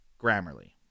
Grammarly